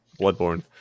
Bloodborne